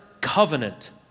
covenant